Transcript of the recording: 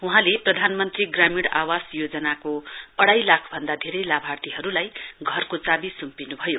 वहाँले प्रधानमन्त्री ग्रामीण आवास योजनाको अढ़ाई लाखभन्दा धेरै लाभार्थीहरुलाई घरको चावी सुमपिन्भयो